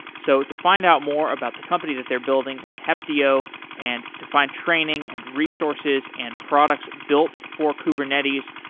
so to find out more about the company that they're building with heptio and to find training and resources and products built for kubernetes,